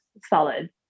solid